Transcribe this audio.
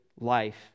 life